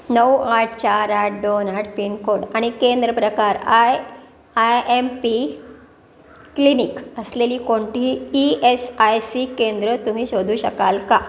नऊ आठ चार आठ दोन आठ पिनकोड आणि केंद्र प्रकार I I M P clinic असलेली कोणतीही ई एस आय सी केंद्र तुम्ही शोधू शकाल का